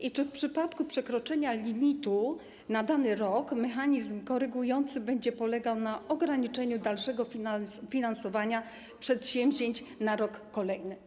I czy w przypadku przekroczenia limitu na dany rok mechanizm korygujący będzie polegał na ograniczeniu dalszego finansowania przedsięwzięć na rok kolejny?